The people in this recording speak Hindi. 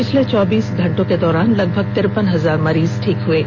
पिछले चौबीस घंटों के दौरान लगभग तिरपन हजार मरीज ठीक हए हैं